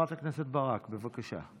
חברת הכנסת ברק, בבקשה.